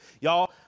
Y'all